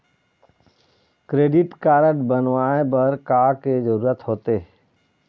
Credit card बनवाए बर का के जरूरत होते?